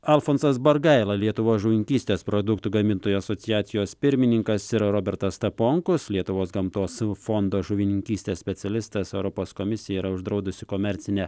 alfonsas bargaila lietuvos žuvininkystės produktų gamintojų asociacijos pirmininkas ir robertas staponkus lietuvos gamtos fondo žuvininkystės specialistas europos komisija yra uždraudusi komercinę